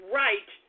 right